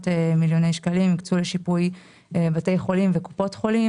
ו-300 מיליון שקלים לשיפוי קופות חולים ובתי חולים.